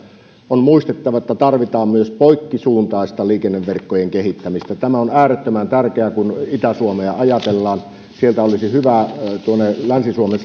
on muistettava että tarvitaan myös poikkisuuntaista liikenneverkkojen kehittämistä tämä on äärettömän tärkeää kun itä suomea ajatellaan sieltä olisi hyvä tuonne länsi suomen